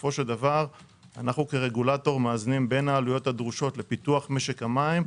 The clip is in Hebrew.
אנחנו כרגולטור מאזנים בין העלויות הדרושות לפיתוח משק המים,